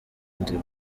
mundi